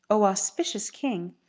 o auspicious king,